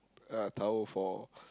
uh tower for